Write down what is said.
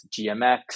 GMX